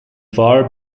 fear